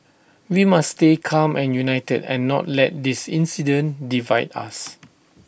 we must stay calm and united and not let this incident divide us